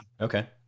Okay